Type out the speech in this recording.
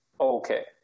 okay